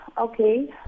okay